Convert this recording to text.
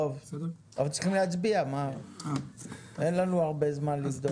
אבל צריכים להצביע, אין לנו הרבה זמן לבדוק.